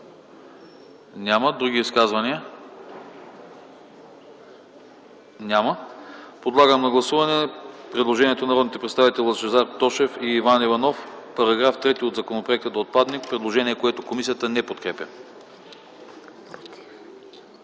Няма. Други изказвания? Няма. Подлагам на гласуване предложението на народните представители Лъчезар Тошев и Иван Иванов § 3 от законопроекта да отпадне, което комисията не подкрепя.